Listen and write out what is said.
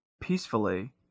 peacefully